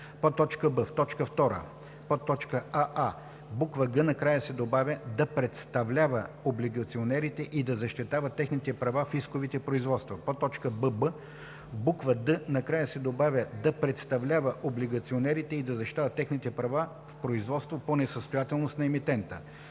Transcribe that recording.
емитента;” б) в т. 2: аа) в буква „г” накрая се добавя „да представлява облигационерите и да защитава техните права в исковите производства”; бб) в буква „д” накрая се добавя „да представлява облигационерите и да защитава техните права в производството по несъстоятелност на емитента”;